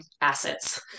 assets